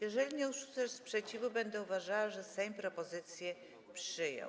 Jeżeli nie usłyszę sprzeciwu, będę uważała, że Sejm propozycję przyjął.